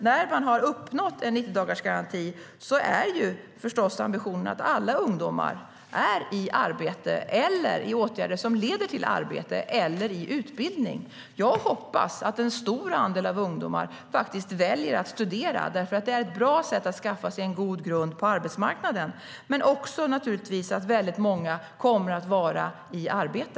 När man har uppnått en 90-dagarsgaranti är ambitionen förstås att alla ungdomar är i arbete, i åtgärder som leder till arbete eller i utbildning. Jag hoppas att en stor andel ungdomar väljer att studera, för det är ett bra sätt att skaffa sig en god grund på arbetsmarknaden, men också att väldigt många kommer att vara i arbete.